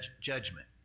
judgment